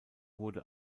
wurde